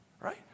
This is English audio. right